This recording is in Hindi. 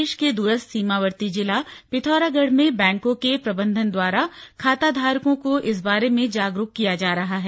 प्रदेश के दूरस्थ सीमावर्ती जिला पिथौरागढ़ में बैंकों के प्रबंधन द्वारा खाताधारकों को इस बारे में जागरुक किया जा रहा है